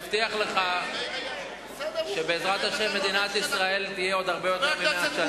אני מבטיח לך שבעזרת השם מדינת ישראל תהיה עוד הרבה יותר מ-100 שנה.